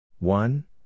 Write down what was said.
One